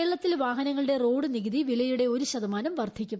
കേരളത്തിൽ വാഹനങ്ങളുടെ റോഡ് നികുതി വിലയുടെ ഒരു ശതമാനം വർധിക്കും